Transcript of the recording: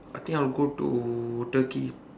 I think I will go to turkey